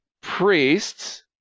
priests